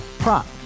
Prop